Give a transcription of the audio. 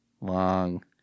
long